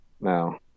No